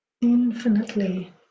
Infinitely